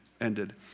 ended